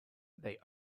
they